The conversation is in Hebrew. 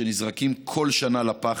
שנזרקים כל שנה לפח,